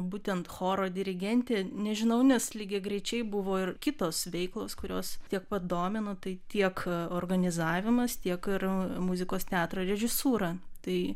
būtent choro dirigentė nežinau nes lygiagrečiai buvo ir kitos veiklos kurios tiek pat domino tai tiek organizavimas tiek ir muzikos teatro režisūra tai